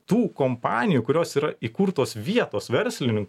tų kompanijų kurios yra įkurtos vietos verslinink